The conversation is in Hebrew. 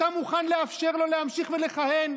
אתה מוכן לאפשר לו להמשיך ולכהן?